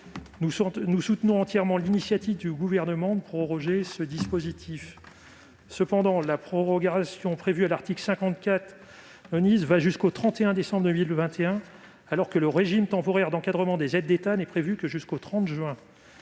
Nous soutenons entièrement l'initiative du Gouvernement à ce sujet. Cependant, la prorogation prévue à l'article 54 va jusqu'au 31 décembre 2021, alors que le régime temporaire d'encadrement des aides d'État n'est prévu que jusqu'au 30 juin